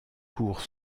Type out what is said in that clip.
cours